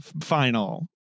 final